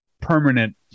permanent